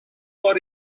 for